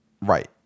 Right